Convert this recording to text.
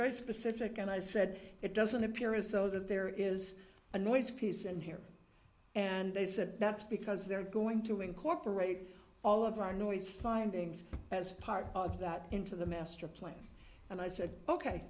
very specific and i said it doesn't appear as though that there is a noise piece in here and they said that's because they're going to incorporate all of our noise findings as part of that into the master plan and i said ok